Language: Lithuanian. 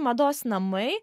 mados namai